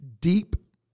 deep